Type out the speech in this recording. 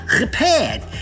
repaired